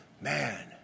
man